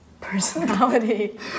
personality